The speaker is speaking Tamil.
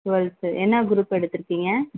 டுவல்து என்ன குரூப் எடுத்துருக்கீங்க